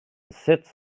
sits